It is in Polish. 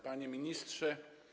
Panie Ministrze!